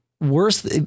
worse